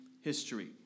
history